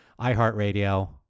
iHeartRadio